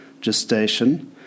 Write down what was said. gestation